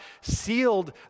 sealed